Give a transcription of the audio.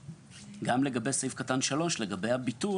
גם לגבי סעיף קטן (3), לגבי הביטול